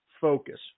Focus